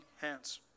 hands